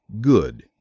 good